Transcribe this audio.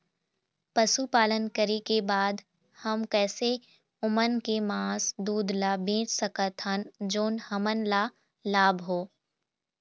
पशुपालन करें के बाद हम कैसे ओमन के मास, दूध ला बेच सकत हन जोन हमन ला लाभ हो?